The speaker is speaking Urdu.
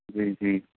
جی جی